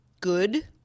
good